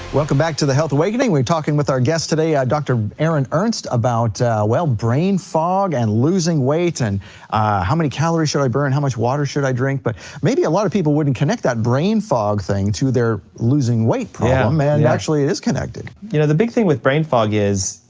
welcome back to the health awakening, we're talking with our guest today, dr. aaron ernst, about well, brain fog and losing weight, and how many calories should i burn, how much water should i drink, but maybe a lot of people wouldn't connect that brain fog thing to their losing weight problem, and actually it is connected. you know, the big thing with brain fog is, you